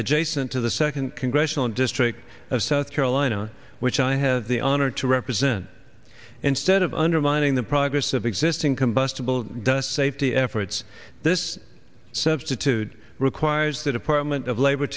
adjacent to the second congressional district of south carolina which i have the honor to represent instead of undermining the progress of existing combustible safety efforts this substitute dude requires the department of labor